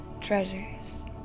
treasures